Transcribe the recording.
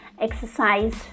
exercise